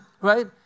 Right